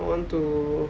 want to